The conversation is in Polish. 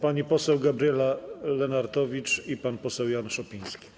Pani poseł Gabriela Lenartowicz i pan poseł Jan Szopiński.